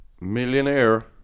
Millionaire